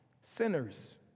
sinners